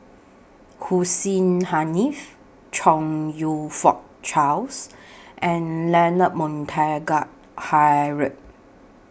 Hussein Haniff Chong YOU Fook Charles and Leonard Montague Harrod